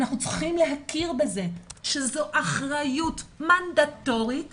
אנחנו צריכים להכיר בזה שזו אחריות מנדטורית